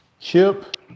Chip